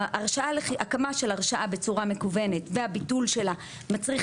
הקמה של הרשאה בצורה מקוונת והביטול שלה מצריך